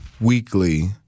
weekly